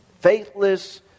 faithless